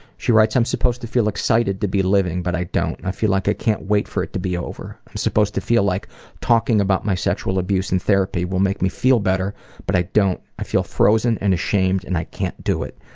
she writes i'm supposed to feel excited to be living but i don't. i feel like i can't wait for it to be over. i'm supposed to feel like talking about my sexual abuse in therapy will make me feel better but i don't. i feel frozen and ashamed and i can't do it.